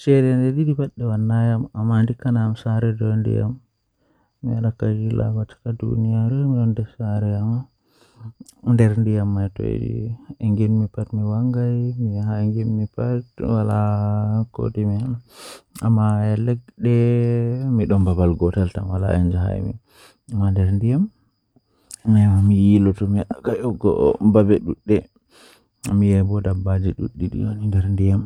No handi kam kondei aɗon tokka kubaruuji duniyaaru Eyi, ko ɗum fuɗɗi e tawti news, kono ɗum wondi ndiyam jeyɗi. Ɓuri ko waɗde warude e hakke ko yimɓe heɓi laawol e nder duniya. Kono, ɓuri ɗum jokka fiyaama sabuɓe dooɗi no waawi fota fota, ɗum fuɗɗi seɗaade hayde.